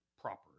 Proper